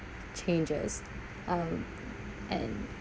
changes um and